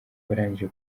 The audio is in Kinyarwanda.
barangije